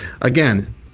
again